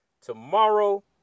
tomorrow